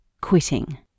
quitting